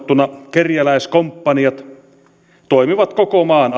kerjäläiskomppaniat toimivat koko maan